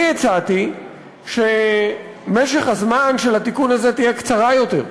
אני הצעתי שמשך הזמן של התיקון הזה יהיה קצר יותר.